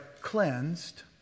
cleansed